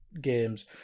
games